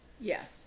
Yes